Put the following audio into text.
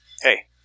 hey